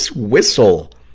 whistle!